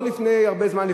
לא לפני הרבה זמן,